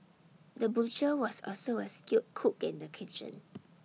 the butcher was also A skilled cook in the kitchen